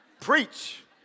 preach